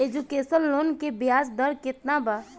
Education loan के ब्याज दर केतना बा?